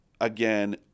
again